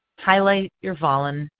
highlight your volunteers.